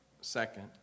second